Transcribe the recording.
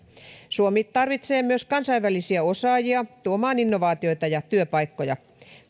suomi tarvitsee myös kansainvälisiä osaajia tuomaan innovaatioita ja työpaikkoja